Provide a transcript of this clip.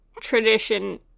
tradition